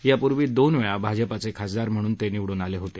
यापूर्वी दोन वेळा भाजपचे खासदार म्हणून निवडून आले होते